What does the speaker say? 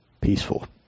peaceful